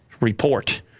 report